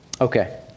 Okay